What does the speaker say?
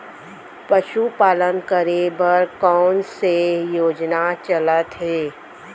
पशुपालन करे बर कोन से योजना चलत हे?